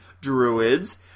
druids